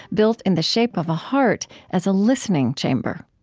built in the shape of a heart as a listening chamber